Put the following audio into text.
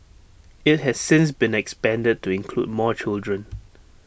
IT has since been expanded to include more children